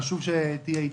חשוב שתהיה איתי.